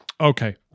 Okay